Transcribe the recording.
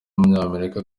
w’umunyamerika